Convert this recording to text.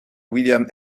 william